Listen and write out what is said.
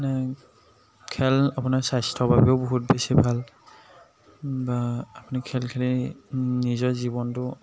মানে খেল আপোনাৰ স্বাস্থ্যৰ বাবেও বহুত বেছি ভাল বা আপুনি খেল খেলি নিজৰ জীৱনটো